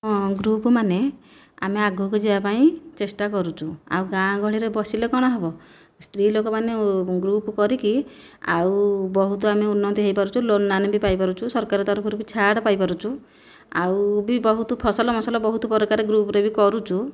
ହଁ ଗ୍ରୁପ ମାନେ ଆମେ ଆଗକୁ ଯିବା ପାଇଁ ଚେଷ୍ଟା କରୁଛୁ ଆଉ ଗାଁ ଗହଳିରେ ବସିଲେ କ'ଣ ହେବ ସ୍ତ୍ରୀଲୋକ ମାନେ ଗ୍ରୁପ କରିକି ଆଉ ବହୁତ ଆମେ ଉନ୍ନତ ହୋଇପାରୁଛୁ ଲୋନ ଲାନ ବି ପାଇପାରୁଛୁ ସରକାର ତରଫରୁ ବି ଛାଡ଼ ପାଇପାରୁଛୁ ଆଉ ବି ବହୁତ ଫସଲ ମସଲ ବି ବହୁତ ପ୍ରକାର ଗ୍ରୁପରେ ବି କରୁଛୁ